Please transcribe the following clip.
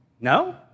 No